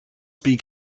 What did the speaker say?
speak